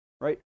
right